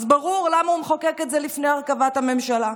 אז ברור למה הוא מחוקק את זה לפני הרכבת הממשלה.